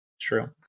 True